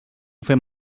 fem